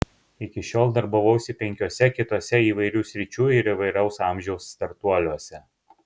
iki šiol darbavausi penkiuose kituose įvairių sričių ir įvairaus amžiaus startuoliuose